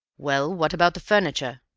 well, what about the furniture?